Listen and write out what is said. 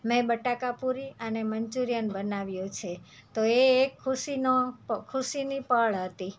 મેં બટાકાપુરી અને મંચુરિયન બનાવ્યું છે તો એ એક ખુશીનો ખુશીની પળ હતી